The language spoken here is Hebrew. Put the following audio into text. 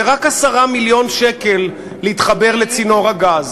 זה רק 10 מיליון שקל להתחבר לצינור הגז.